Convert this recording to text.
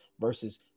versus